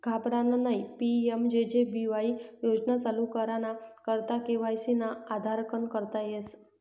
घाबरानं नयी PMJJBY योजना चालू कराना करता के.वाय.सी ना आधारकन करता येस